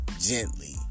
gently